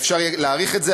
אפשר יהיה להאריך את זה,